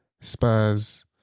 Spurs